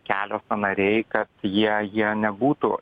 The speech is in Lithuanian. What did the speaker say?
kelio sąnariai kad jie jie nebūtų